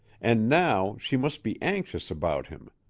and now she must be anxious about him.